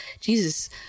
Jesus